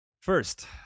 First